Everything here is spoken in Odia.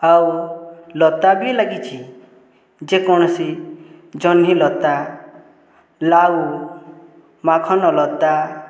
ଆଉ ଲତା ବି ଲାଗିଛି ଯେକୌଣସି ଜହ୍ନିଲତା ଲାଉ ମାଖନ ଲତା